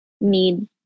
need